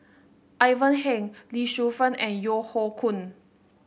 Ivan Heng Lee Shu Fen and Yeo Hoe Koon